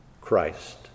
Christ